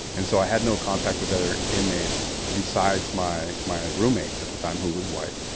and so, i had no contact with other inmates besides my, my roommate at the time, who was white,